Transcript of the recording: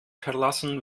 verlassen